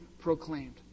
proclaimed